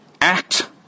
act